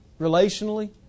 relationally